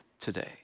today